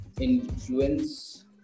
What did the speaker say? influence